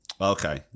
Okay